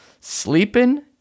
Sleeping